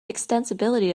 extensibility